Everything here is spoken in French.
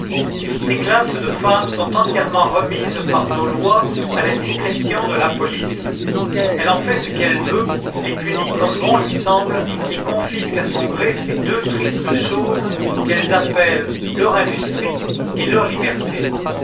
ces classes de femmes sont entièrement remises par nos lois à la discrétion de la police elle en fait ce qu'elle veut les punit comme bon lui semble et confisque à son gré ces deux tristes choses qu'elles appellent leur industrie et leur liberté